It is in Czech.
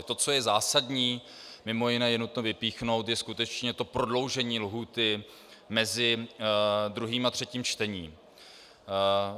To, co je zásadní, mimo jiné je nutno vypíchnout, je skutečně to prodloužení lhůty mezi 2. a 3. čtením.